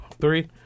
Three